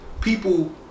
people